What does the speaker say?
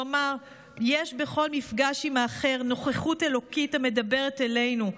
כלומר יש בכל מפגש עם האחר נוכחות אלוקית המדברת אלינו.